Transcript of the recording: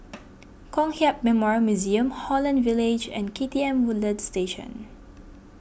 Kong Hiap Memorial Museum Holland Village and K T M Woodlands Station